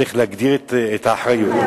שצריך להגדיר את האחריות.